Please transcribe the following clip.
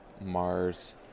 mars